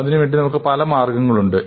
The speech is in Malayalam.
അതിനു വേണ്ടി നമുക്ക് പല മാർഗങ്ങളുണ്ട്